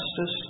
justice